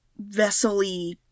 vessel-y